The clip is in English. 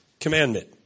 Commandment